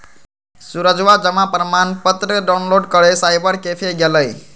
सूरजवा जमा प्रमाण पत्र डाउनलोड करे साइबर कैफे गैलय